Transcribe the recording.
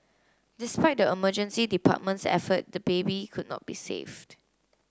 despite the emergency department's effort the baby could not be saved